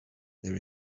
there